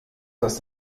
das